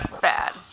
Bad